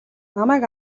намайг